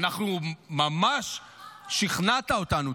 ממש שכנעת אותנו.